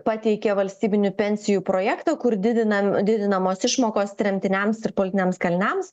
pateikė valstybinių pensijų projektą kur didinam didinamos išmokos tremtiniams ir politiniams kaliniams